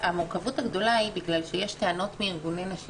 המורכבות הגדולה היא בגלל שיש טענות מאירגוני נשים